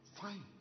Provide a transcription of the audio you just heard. Fine